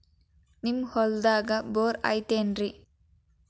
ನಿಮ್ಮ ಹೊಲ್ದಾಗ ಬೋರ್ ಐತೇನ್ರಿ?